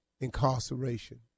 incarceration